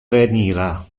venira